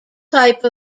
type